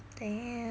damn